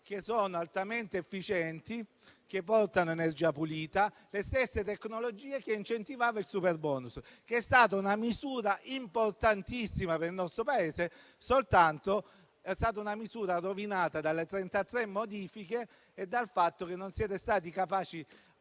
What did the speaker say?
tecnologie altamente efficienti che portano energia pulita, le stesse che incentivava il superbonus, che è stata una misura importantissima per il nostro Paese, ma che è stata rovinata da 33 modifiche e dal fatto che non siete stati capaci